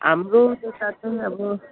हाम्रो त्यता चाहिँ अब